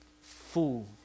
fool